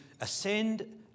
ascend